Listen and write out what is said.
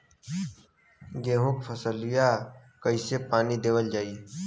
गेहूँक फसलिया कईसे पानी देवल जाई?